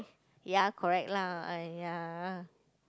ya correct lah I ya ah